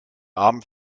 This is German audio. abend